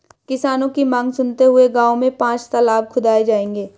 किसानों की मांग सुनते हुए गांव में पांच तलाब खुदाऐ जाएंगे